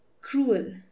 Cruel